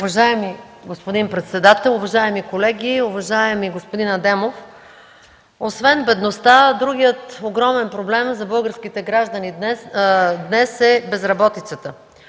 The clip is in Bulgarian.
Уважаеми господин председател, уважаеми колеги! Уважаеми господин Адемов, освен бедността, другият огромен проблем за българските граждани днес е безработицата